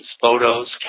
photos